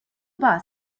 bus